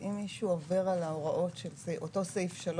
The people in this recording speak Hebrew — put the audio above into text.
אם מישהו עובר על ההוראות של אותו סעיף 3